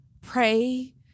pray